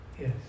Yes